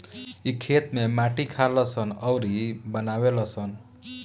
इ खेत में माटी खालऽ सन अउरऊ बनावे लऽ सन